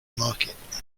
market